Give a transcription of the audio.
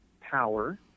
power